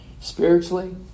Spiritually